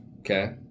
okay